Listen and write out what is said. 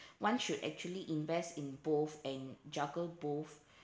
one should actually invest in both and juggle both